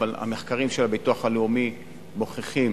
אבל המחקרים של הביטוח הלאומי מוכיחים